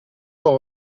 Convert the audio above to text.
qu’en